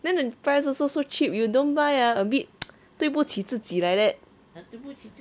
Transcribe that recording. then the price also so cheap you don't buy ah a bit 对不起自己 like that